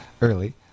early